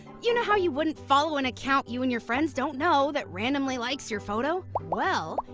you know how you wouldn't follow an account you and your friends don't know that randomly likes your photo? well,